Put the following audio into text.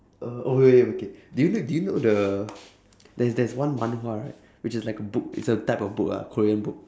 uh wait wait okay do you know the there's there's one manhwa right which is like a book it's a type of book lah korean book